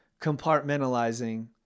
compartmentalizing